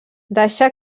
deixar